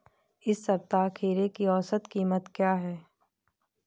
इस सप्ताह खीरे की औसत कीमत क्या है?